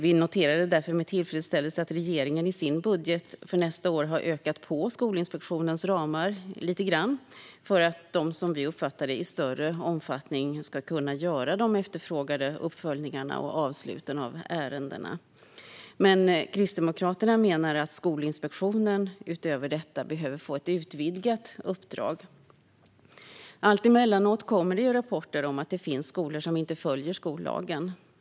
Vi noterade därför med tillfredsställelse att regeringen i sin budget för nästa år har ökat på Skolinspektionens ramar för att de, som vi uppfattar det, i större omfattning ska kunna göra de efterfrågade uppföljningarna och avsluten av ärendena. Men Kristdemokraterna menar att Skolinspektionen utöver detta behöver få ett utvidgat uppdrag. Alltemellanåt kommer rapporter om att det finns skolor som inte följer skollagen.